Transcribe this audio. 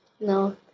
no